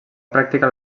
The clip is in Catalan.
practicar